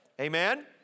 Amen